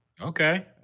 Okay